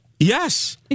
Yes